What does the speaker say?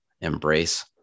Embrace